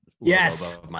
Yes